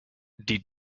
die